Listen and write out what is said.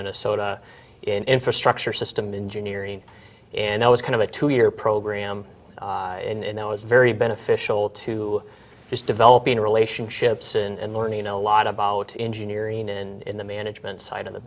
minnesota in infrastructure system engineering and i was kind of a two year program and i was very beneficial to just developing relationships and learning a lot about engine irina and in the management side of the